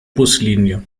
buslinie